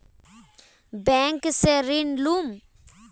Bank से ऋण लुमू?